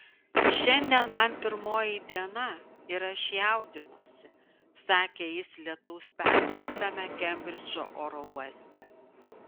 šiandien man pirmoji diena ir aš jaudinuosi sakė jis lietaus permerktame kembridžo oro uoste